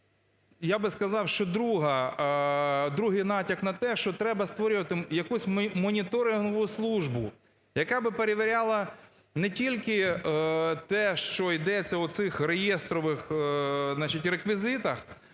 я б сказав, що другий натяк на те, що треба створювати якусь моніторингову службу, яка б перевіряла не тільки те, що йдеться в цих реєстрових реквізитах,